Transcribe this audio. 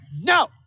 no